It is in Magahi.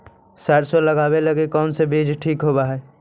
सरसों लगावे लगी कौन से बीज ठीक होव हई?